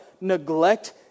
neglect